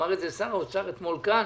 ואמר את זה שר האוצר אתמול כאן,